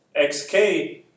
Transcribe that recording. xk